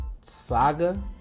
saga